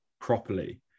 properly